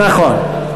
נכון.